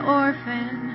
orphan